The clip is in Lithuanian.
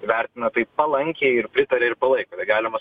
vertina tai palankiai ir pritaria ir palaiko tai galima